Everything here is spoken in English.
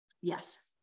Yes